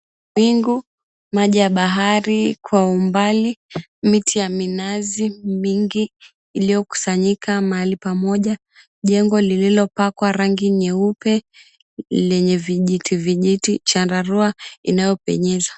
Wingu, maji ya bahari kwa umbali, miti ya minazi mingi iliokusanyika mahali pamoja, jengo lililopakwa rangi nyeupe lenye vijiti vijiti, chandarua inayopenyeza.